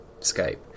Skype